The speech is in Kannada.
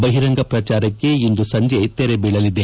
ಬಹಿರಂಗ ಪ್ರಚಾರಕ್ಕೆ ಇಂದು ಸಂಜೆ ತೆರೆಬೀಳಲಿದೆ